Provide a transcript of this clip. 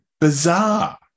Bizarre